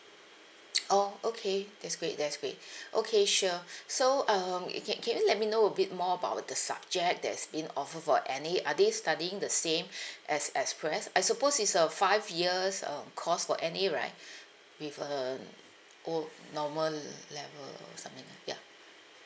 oh okay that's great that's great okay sure so um you can can you let me know a bit more about the subject that's being offered for N_A are they studying the same as express I suppose it's a five years um course for N_A right with um old normal level submit ya